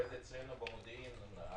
לפחות אצלנו במודיעין.